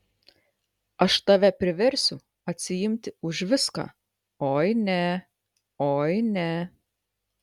aš tave priversiu atsiimti už viską oi ne oi ne